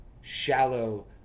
shallow